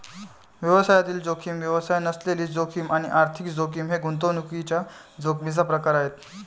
व्यवसायातील जोखीम, व्यवसाय नसलेली जोखीम आणि आर्थिक जोखीम हे गुंतवणुकीच्या जोखमीचे प्रकार आहेत